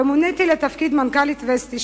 ומוניתי לתפקיד מנכ"לית "וסטי",